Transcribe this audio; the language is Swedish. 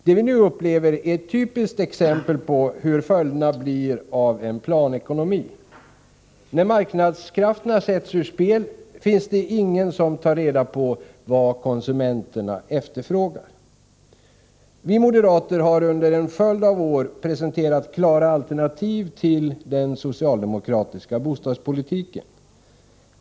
Det vi nu upplever är ett typiskt exempel på vilka följderna blir av en planekonomi. När marknadskrafterna sätts ur spel finns det ingen som tar reda på vad konsumenterna efterfrågar. Vi moderater har under en följd av år presenterat klara alternativ till den socialdemokratiska bostadspolitiken.